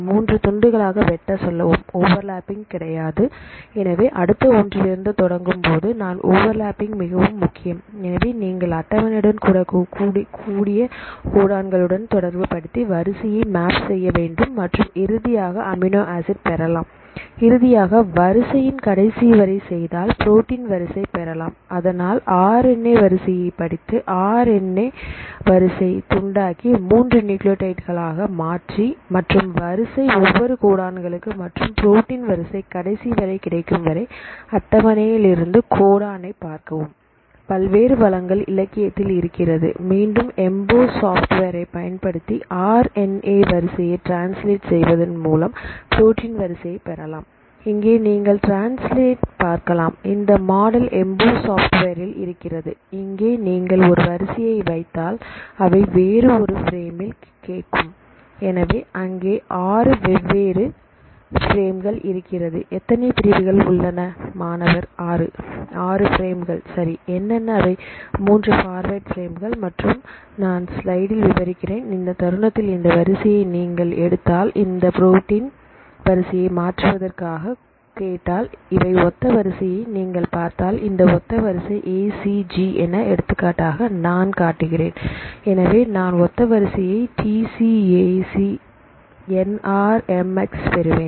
3 துண்டுகளாக வெட்ட சொல்லவும் ஓவர்லப்பிங் கிடையாது எனவே அடுத்த ஒன்றிலிருந்து தொடங்கும்போது நான் ஓவர்லப்பிங் மிகவும் முக்கியம் எனவே நீங்கள் அட்டவணையுடன் கூட கோடான்களுடன் தொடர்புபடுத்தி வரிசையை மேப் செய்ய வேண்டும் மற்றும் இறுதியாக அமினோ ஆசிட் பெறலாம் இறுதியாக வரிசையின் கடைசி வரை செய்தாள் புரோட்டின் வரிசை பெறலாம் அதனால் ஆர்என்ஏ வரிசையை படித்து ஆர்என்ஏ வரிசையை துண்டாக்கி மூன்று நியூக்ளியோடைடுகளாக மாற்றி மாற்றும் வரிசை ஒவ்வொரு கோடான்களுக்கு மற்றும் ப்ரோட்டின் வரிசை கடைசிவரை கிடைக்கும் வரை அட்டவணையில் இருந்து கோடான் ஐ பார்க்கவும் பல்வேறு வளங்கள் இலக்கியத்தில் இருக்கிறது மீண்டும் எம்போஸ் சாஃப்ட்வேர் பயன்படுத்தி ஆர்என்ஏ வரிசையை ட்ரான்ஸ்லேட் செய்வதன்மூலம் புரோட்டின் வரிசை பெறலாம் இங்கே நீங்கள் ட்ரான்ஸ்லேட் பார்க்கலாம் இந்த மாடல் எம்போஸ் சாஃப்ட்வேரில் இருக்கிறது இங்கே நீங்கள் இந்த வரிசையை வைத்தால் அவை வேறு ஒரு பிரேமில் கேட்கும் எனவே அங்கே ஆறு வெவ்வேறு பிரேம்கள் இருக்கிறது எத்தனை பிரிவுகள் உள்ளன மாணவர் 6 ஆறு பிரேம்கள் சரி என்னென்ன அவை மூன்று ஃபார்வேர்ட் பிரேம்கள் மற்றும் 3 நான் ஸ்லைடில் விவரிக்கிறேன் இந்த தருணத்தில் இந்த வரிசையை நீங்கள் எடுத்தாள் இந்த புரோட்டீன் வரிசையை மாற்றுவதற்காக கேட்டாள் இதை ஒத்த வரிசையை நீங்கள் பார்த்தால் இந்த ஒத்த வரிசை ஏசி ஜி என எடுத்துக்காட்டாக நான் காட்டுவேன் எனவே நான் ஒத்த வரிசையை T C A C N R M X பெறுவேன்